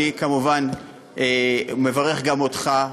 אני כמובן מברך גם אותך,